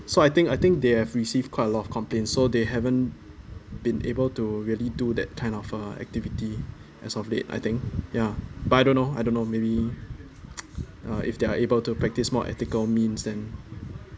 so I think I think they have received quite a lot of complaints so they haven't been able to really do that kind of uh activity as of late I think ya but I don't know I don't maybe uh if they're able to practise more ethical means them